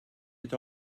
had